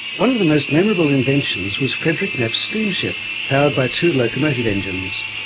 one of the most memorable inventions was frederick knapp's steamship, powered by two locomotive engines.